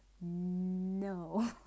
no